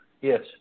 Yes